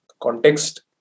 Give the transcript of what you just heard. Context